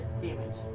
damage